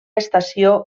estació